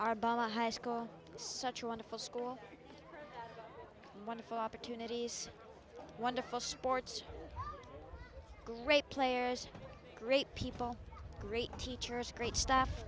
our high school such wonderful school wonderful opportunities wonderful sports great players great people great teachers great staff